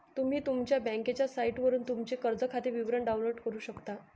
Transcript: तुम्ही तुमच्या बँकेच्या साइटवरून तुमचे कर्ज खाते विवरण डाउनलोड करू शकता